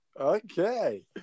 Okay